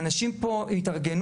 האנשים פה התארגנו,